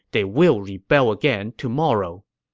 they will rebel again tomorrow.